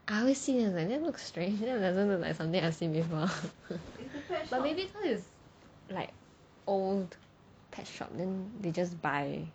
I always see then that looks strange you know that doesn't look like something I've seen before but maybe cause it's like old pet shop then they just buy